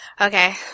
Okay